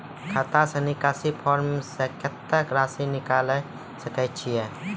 खाता से निकासी फॉर्म से कत्तेक रासि निकाल सकै छिये?